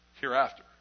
hereafter